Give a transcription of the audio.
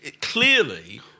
clearly